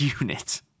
unit